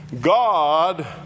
God